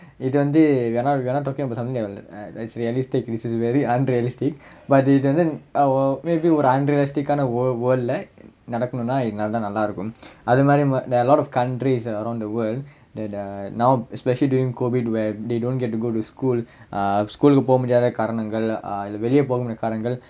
இது வந்து:ithu vanthu we are not talking about something that's realistic this is very unrealistic but இது வந்து:ithu vanthu maybe ஒரு:oru unrealistic ஆன:aana world lah நடக்கனுனா இது நடந்தா நல்லா இருக்கும் அது மாறி:nadakkanunaa ithu nadantha nallaa irukkum athu maari there are a lot of countries in the world that uh now especially during COVID they don't get to go to school err school லுக்கு போவ முடியாத காரணங்கள்:lukku pova mudiyaatha kaaranangal err இல்ல வெளிய போ முடியாத காரணங்கள்:illa veliya po mudiyaatha kaaranangal